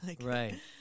right